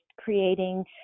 creating